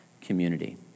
community